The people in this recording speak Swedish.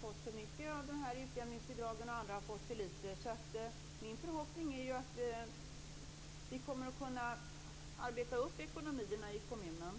fått för mycket av utjämningsbidragen och andra har fått för lite. Min förhoppning är att detta kommer att innebära att man kan arbeta upp ekonomin i kommunerna.